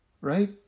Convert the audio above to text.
right